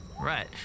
Right